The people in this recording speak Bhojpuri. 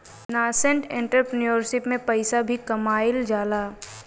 नासेंट एंटरप्रेन्योरशिप में पइसा भी कामयिल जाला